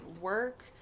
work